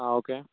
ആ ഓക്കെ